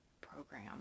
program